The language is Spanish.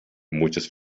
muchas